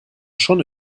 schon